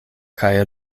kaj